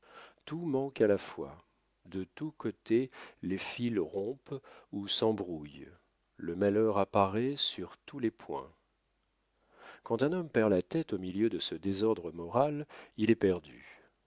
tout manque à la fois de tous côtés les fils rompent ou s'embrouillent le malheur apparaît sur tous les points quand un homme perd la tête au milieu de ce désordre moral il est perdu